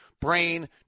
brain